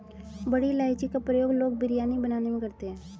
बड़ी इलायची का प्रयोग लोग बिरयानी बनाने में करते हैं